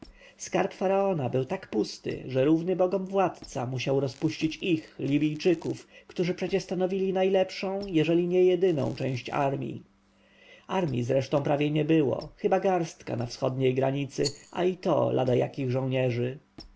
faraona był tak pusty że równy bogom władca musiał rozpuścić ich libijczyków którzy przecie stanowili najlepszą jeżeli nie jedyną część armji armji zresztą prawie nie było chyba garstka na wschodniej granicy a i to ladajakich żołnierzy